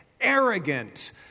arrogant